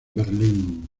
berlín